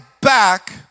back